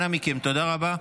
אנא מכם, תודה רבה.